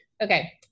Okay